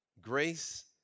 grace